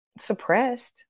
suppressed